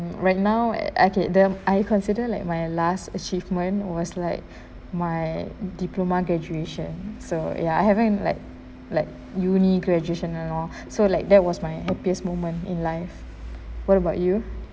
mm right now uh okay the I consider like my last achievement was like my diploma graduation so ya I having like like uni graduation and all so like that was my happiest moment in life what about you